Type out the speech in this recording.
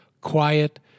quiet